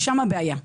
ושם הבעיה.